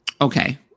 okay